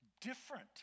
different